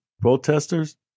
protesters